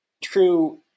true